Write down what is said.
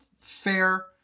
fair